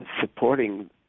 supporting